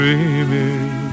Dreaming